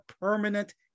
permanent